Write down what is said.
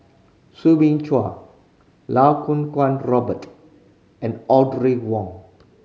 Soo Bin Chua Iau Kuo Kwong Robert and Wong